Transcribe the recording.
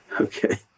Okay